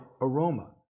aroma